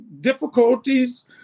difficulties